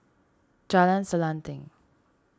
Jalan Selanting